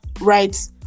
Right